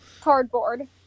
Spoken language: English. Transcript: Cardboard